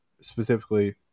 specifically